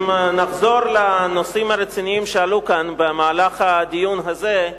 אם נחזור לנושאים הרציניים שעלו כאן במהלך הדיון הזה,